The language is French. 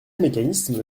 mécanisme